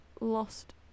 lost